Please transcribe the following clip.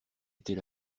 était